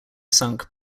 sunk